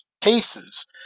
cases